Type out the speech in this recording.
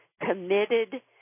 committed